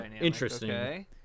interesting